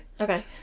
Okay